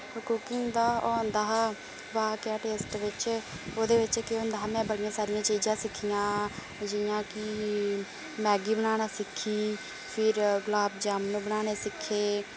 cooking दा ओह् औंदा हा वाह् क्या टेस्ट बिच्च ओह्दे बिच्च केह् होंदा हा में बड़ियां सारियां चीजां सिक्खियां जि'यां कि मैग्गी बनाना सिक्खी फिर गुलाब जामनु बनाने सिक्खे